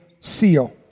seal